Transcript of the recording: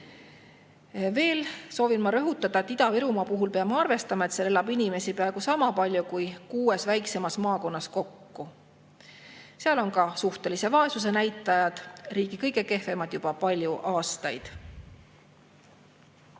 Veel soovin ma rõhutada, et Ida-Virumaa puhul peame arvestama, et seal elab inimesi peaaegu sama palju kui kuues väiksemas maakonnas kokku. Seal on ka suhtelise vaesuse näitajad juba palju aastaid